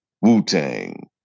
Wu-Tang